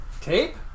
Tape